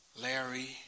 Larry